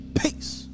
Peace